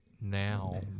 now